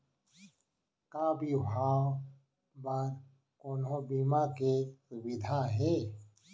का बिहाव बर कोनो बीमा के सुविधा हे?